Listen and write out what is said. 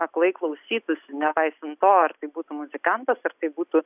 aklai klausytųsi nepaisant to ar tai būtų muzikantas ar tai būtų